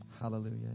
Hallelujah